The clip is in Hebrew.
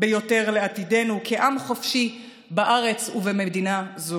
ביותר לעתידנו כעם חופשי בארץ ובמדינה זו.